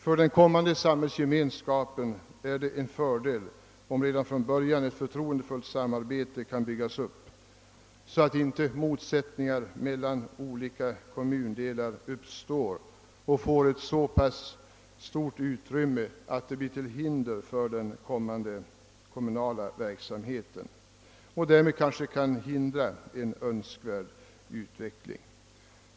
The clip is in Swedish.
För den kommande samhällsgemenskapen är det en fördel om det redan från början kan byggas upp ett förtroendefullt samarbete, så att inte motsättningar mellan olika kommundelar uppstår och blir så pass stora att de utgör ett hinder för den kommunala verksamheten och därmed kanske försvårar en önskvärd utveckling.